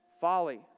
folly